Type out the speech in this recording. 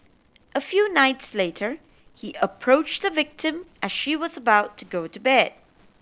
a few nights later he approach the victim as she was about to go to bed